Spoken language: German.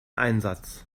einsatz